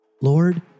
Lord